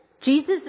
Jesus